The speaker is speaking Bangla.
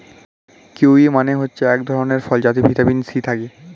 কিউয়ি মানে হচ্ছে এক ধরণের ফল যাতে ভিটামিন সি থাকে